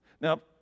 Now